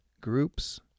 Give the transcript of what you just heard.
groups